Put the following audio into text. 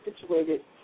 situated